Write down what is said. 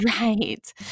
Right